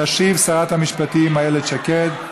תשיב שרת המשפטים איילת שקד.